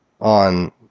on